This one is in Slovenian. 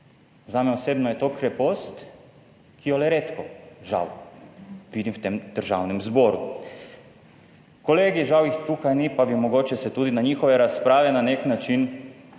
Zame osebno je to krepost, ki jo le redko, žal, vidim v tem Državnem zboru. Kolegi, žal jih tukaj ni, pa bi mogoče se tudi na njihove razprave na nek način